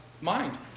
mind